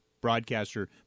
broadcaster